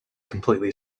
completely